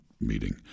meeting